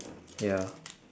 ya